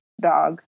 dog